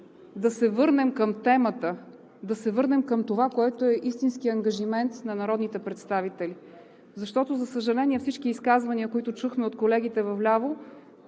да се върнем към темата, да се върнем към това, което е истински ангажимент на народните представители, защото, за съжаление, всички изказвания, които чухме от колегите вляво,